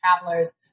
travelers